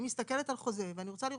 אני מסתכלת על חוזה ואני רוצה לראות